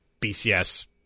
BCS